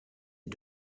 est